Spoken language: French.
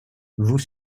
vous